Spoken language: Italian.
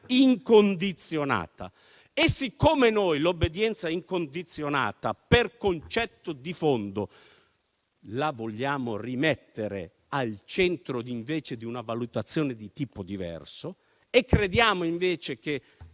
incondizionata. Ma noi l'obbedienza incondizionata, per concetto di fondo, la vogliamo rimettere al centro di una valutazione di tipo diverso e crediamo, invece,